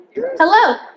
Hello